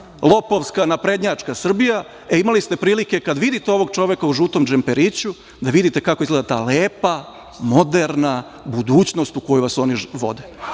lopovska, naprednjačka Srbija, e, imali ste prilike, kad vidite ovog čoveka u žutom džemperiću, da vidite kako izgleda ta lepa, moderna budućnost u koju vas oni vode.